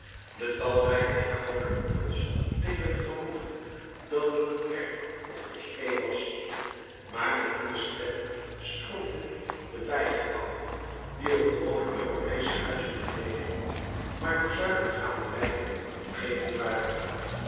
de talrijke en groote koepels deden vermoeden dat het een kerk of moskee was maar met die bestemming strookten niet de bijgebouwen die op gewone europeesche huizen geleken maar door zuilen gaanderijen omgeven waren